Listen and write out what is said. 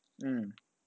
hmm